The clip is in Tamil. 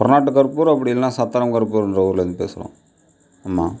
கொரநாட்டு கருப்பூர் அப்படி இல்லைன்னா சத்திரம் கருப்பூருங்ற ஊர்லேருந்து பேசுகிறோம் ஆமாம்